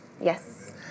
Yes